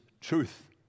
truth